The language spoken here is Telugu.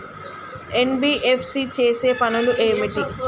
ఎన్.బి.ఎఫ్.సి చేసే పనులు ఏమిటి?